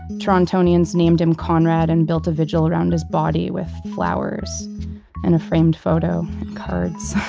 torontonians named him conrad and built a vigil around his body with flowers and framed photo cards.